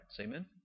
Amen